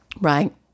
right